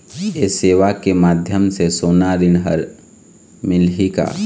ये सेवा के माध्यम से सोना ऋण हर मिलही का?